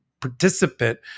participant